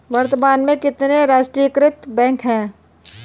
वर्तमान में कितने राष्ट्रीयकृत बैंक है?